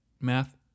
Math